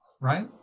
right